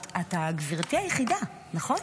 את גברתי היחידה, נכון?